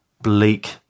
bleak